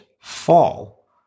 fall